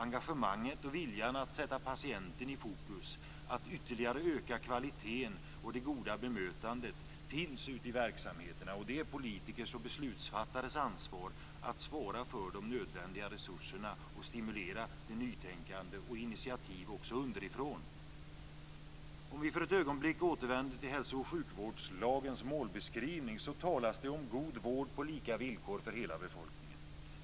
Engagemanget och viljan att sätta patienten i fokus, att ytterligare öka kvaliteten och det goda bemötandet finns ute i verksamheterna. Det är politikers och beslutsfattares ansvar att svara för de nödvändiga resurserna och stimulera till nytänkande och initiativ också underifrån. Om vi för ett ögonblick återvänder till hälso och sjukvårdslagens målbeskrivning, talas det om god vård på lika villkor för hela befolkningen.